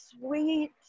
sweet